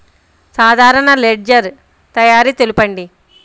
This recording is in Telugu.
సాధారణ లెడ్జెర్ తయారి తెలుపండి?